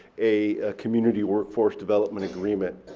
a community workforce development agreement.